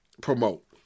promote